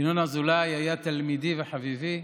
ינון אזולאי היה תלמידי וחביבי,